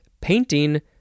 painting